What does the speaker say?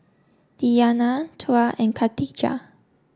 Diyana Tuah and Katijah